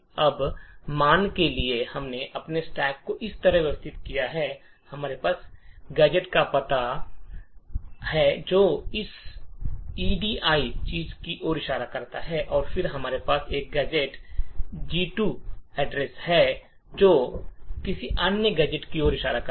अब मान लें कि हमने अपने स्टैक को इस तरह व्यवस्थित किया है हमारे पास गैजेट का पता है जो इस ऐड चीज़ की ओर इशारा कर रहा है और फिर हमारे पास एक गैजेट एड्रेस 2 है जो किसी अन्य गैजेट की ओर इशारा कर रहा है